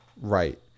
Right